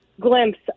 glimpse